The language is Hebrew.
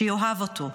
שיאהב אותו.